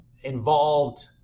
involved